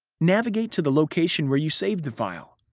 navigate to the location where you saved the file,